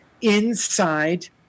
inside